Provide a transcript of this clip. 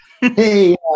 hey